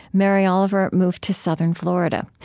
mary oliver moved to southern florida.